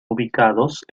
ubicados